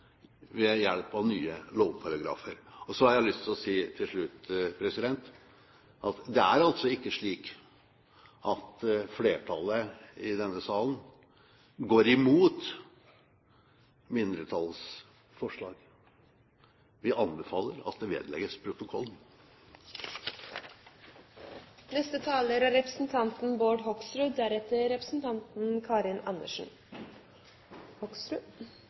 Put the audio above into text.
ved hjelp av nye lovparagrafer. Så har jeg lyst til å si til slutt at det altså ikke er slik at flertallet i denne salen går imot mindretallsforslaget, vi anbefaler at det vedlegges protokollen. Til representanten Gullvåg: Jeg hørte veldig godt hva representanten